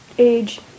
Age